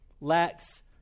lacks